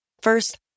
First